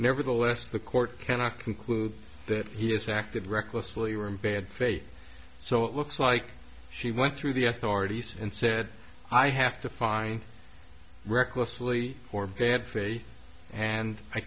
nevertheless the court cannot conclude that he has acted recklessly or in bad faith so it looks like she went through the authorities and said i have to find recklessly or bad faith and i